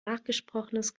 nachgesprochenes